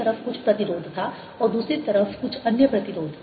इस तरफ कुछ प्रतिरोध था और दूसरी तरफ कुछ अन्य प्रतिरोध